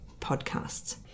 podcasts